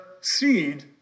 seed